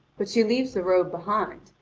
but she leaves the robe behind,